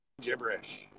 gibberish